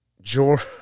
George